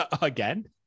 Again